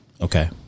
okay